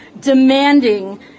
demanding